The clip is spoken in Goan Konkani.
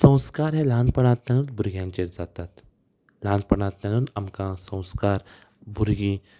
संस्कार हे ल्हानपणांतल्यानूच भुरग्यांचेर जातात ल्हानपणांतल्यानूत आमकां संस्कार भुरगीं